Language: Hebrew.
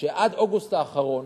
עד אוגוסט האחרון